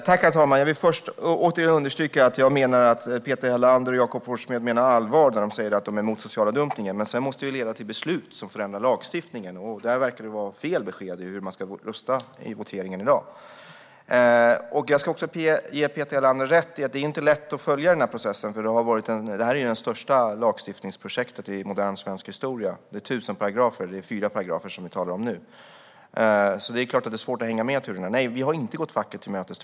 Herr talman! Jag vill återigen understryka att jag tror att Peter Helander och Jakob Forssmed menar allvar när de säger att de är emot social dumpning, men det måste också leda till beslut som förändrar lagstiftningen. Där verkar det vara fel besked om hur man ska rösta vid voteringen i dag. Jag ska också ge Peter Helander rätt i att det inte är lätt att följa den här processen. Detta är ju det största lagstiftningsprojektet i modern svensk historia, med 1 000 paragrafer. Det är fyra paragrafer vi talar om nu, men det är klart att det är svårt att hänga med i turerna. Nej, vi har inte gått facket till mötes.